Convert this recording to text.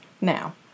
Now